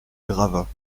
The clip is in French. gravats